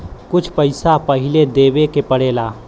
कुछ पैसा पहिले देवे के पड़ेला